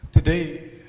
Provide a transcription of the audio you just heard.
Today